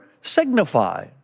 signify